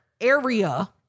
area